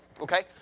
Okay